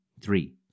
three